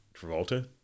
Travolta